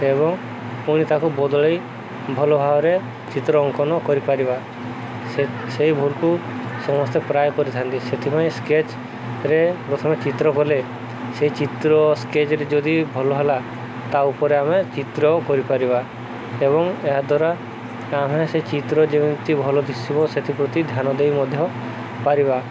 ଏବଂ ପୁଣି ତାକୁ ବଦଳେଇ ଭଲ ଭାବରେ ଚିତ୍ର ଅଙ୍କନ କରିପାରିବା ସେ ସେଇ ଭଲକୁ ସମସ୍ତେ ପ୍ରାୟ କରିଥାନ୍ତି ସେଥିପାଇଁ ସ୍କେଚରେ ପ୍ରଥମେ ଚିତ୍ର କଲେ ସେଇ ଚିତ୍ର ସ୍କେଚରେ ଯଦି ଭଲ ହେଲା ତା' ଉପରେ ଆମେ ଚିତ୍ର କରିପାରିବା ଏବଂ ଏହାଦ୍ୱାରା ଆମେ ସେ ଚିତ୍ର ଯେମିତି ଭଲ ଦିଶିବ ସେଥିପ୍ରତି ଧ୍ୟାନ ଦେଇ ମଧ୍ୟ ପାରିବା